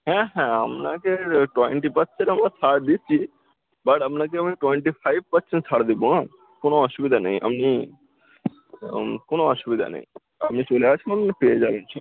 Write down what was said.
হ্যাঁ হ্যাঁ আপনাকে টোয়েন্টি পারসেন্ট আমরা ছাড় দিচ্ছি বাট আপনাকে আমি টোয়েন্টি ফাইভ পারসেন্ট ছাড় দেবো হ্যাঁ কোনো অসুবিধা নেই আপনি কোনো অসুবিধা নেই আপনি চলে আসুন পেয়ে যাবেন সব